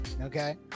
okay